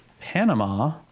Panama